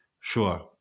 Sure